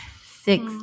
six